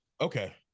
Okay